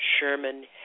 Sherman